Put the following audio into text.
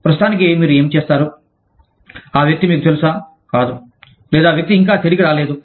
ప్రస్తుతానికి మీరు ఏమి చేస్తారు ఆ వ్యక్తి మీకు తెలుసా కాదు లేదా వ్యక్తి ఇంకా తిరిగి రాలేదు